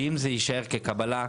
שאם זה יישאר כקבלה,